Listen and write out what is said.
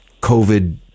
COVID